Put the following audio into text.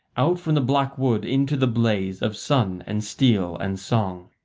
out from the black wood into the blaze of sun and steel and song.